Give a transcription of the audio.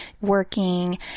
working